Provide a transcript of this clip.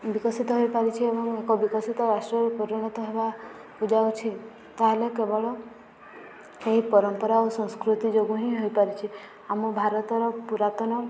ବିକଶିତ ହୋଇପାରିଛି ଏବଂ ଏକ ବିକଶିତ ରାଷ୍ଟ୍ରରେ ପରିଣତ ହେବାକୁ ଯାଉଛି ତା'ହେଲେ କେବଳ ଏହି ପରମ୍ପରା ଓ ସଂସ୍କୃତି ଯୋଗୁଁ ହିଁ ହେଇପାରିଛି ଆମ ଭାରତର ପୁରାତନ